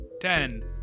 ten